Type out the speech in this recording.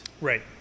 Right